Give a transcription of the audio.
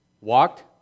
Walked